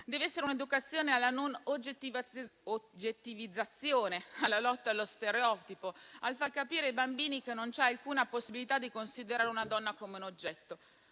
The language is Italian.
Deve essere un'educazione alla non oggettivizzazione, alla lotta allo stereotipo, per far capire ai bambini che non c'è alcuna possibilità di considerare una donna come un oggetto.